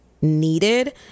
needed